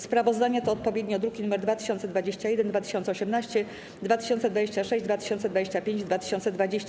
Sprawozdania to odpowiednio druki nr 2021, 2018, 2026, 2025 i 2020.